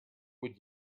would